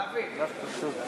יש תשובה, יש הצבעה.